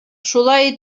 шулай